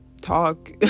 talk